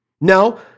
Now